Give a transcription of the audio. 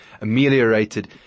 ameliorated